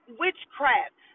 witchcraft